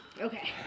Okay